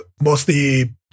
mostly